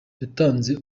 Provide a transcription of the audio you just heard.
yatanze